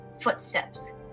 footsteps